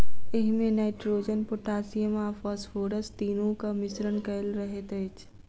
एहिमे nitrogen, potassium आ phosphorus तीनूक मिश्रण कएल रहैत अछि